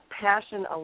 passion